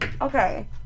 Okay